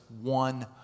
one